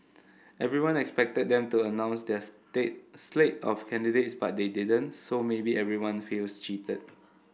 everyone expected them to announce their state slate of candidates but they didn't so maybe everyone feels cheated